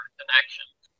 Connections